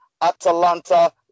Atalanta